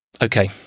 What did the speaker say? okay